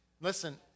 Listen